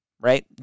right